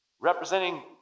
representing